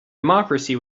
democracy